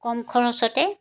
কম খৰচতে